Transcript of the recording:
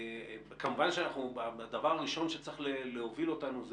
כמובן שהדבר הראשון שצריך להוביל אותנו זה